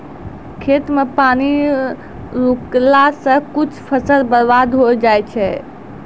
खेत मे पानी रुकला से कुछ फसल बर्बाद होय जाय छै